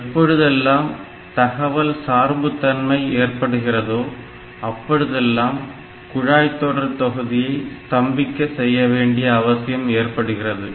எப்பொழுதெல்லாம் தகவல் சார்புத் தன்மை ஏற்படுகிறதோ அப்பொழுதெல்லாம் குழாய்தொடர்தொகுதியை ஸ்தம்பிக்க செய்யவேண்டிய அவசியம் ஏற்படுகிறது